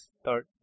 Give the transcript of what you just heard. start